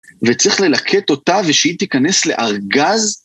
וצריך ללקט אותה, ושהיא תיכנס לארגז.